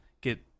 get